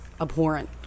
abhorrent